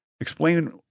Explain